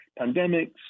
Pandemics